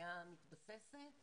האוכלוסייה מתבססת